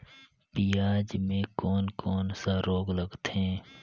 पियाज मे कोन कोन सा रोग लगथे?